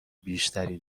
بیشتری